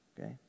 Okay